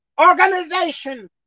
organization